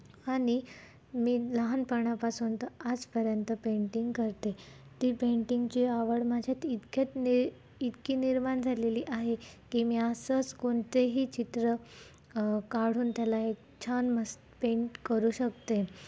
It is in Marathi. आणि मी लहानपणापासून तर आजपर्यंत पेंटिंग करते ती पेंटिंगची आवड माझ्यात इतक्यात नि इतकी निर्माण झालेली आहे की मी असंच कोणतेही चित्र काढून त्याला एक छान मस्त पेंट करू शकते